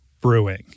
Brewing